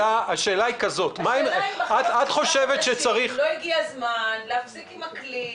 האם אחרי שישה חודשים לא הגיע הזמן להפסיק על הכלי,